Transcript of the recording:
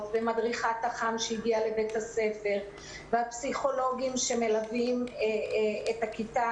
ומדריכת אח"ם שהגיעה לבית הספר והפסיכולוגים שמלווים את הכיתה,